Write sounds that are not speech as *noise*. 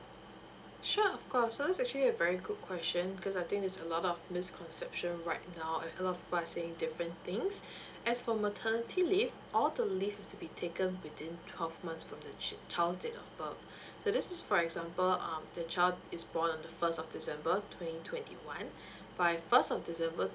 sure of course so is actually a very good question because I think there's a lot of misconception right now saying different things *breath* as for maternity leave all the leave is to be taken within twelve months from the child's date of birth *breath* so this is for example um the child is born on the first of december twenty twenty one *breath* by twelve of december